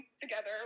together